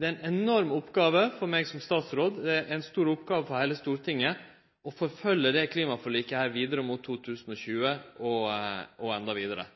Det er ei enorm oppgåve for meg som statsråd, og det er ei stor oppgåve for heile Stortinget å forfølgje dette klimaforliket vidare mot 2020 – og endå vidare.